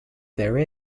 there